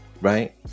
Right